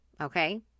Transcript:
Okay